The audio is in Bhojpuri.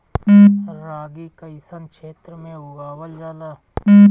रागी कइसन क्षेत्र में उगावल जला?